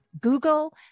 Google